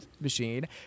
machine